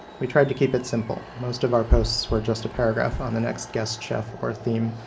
we tried to keep it simple. most of our posts were just a paragraph on the next guest chef or theme,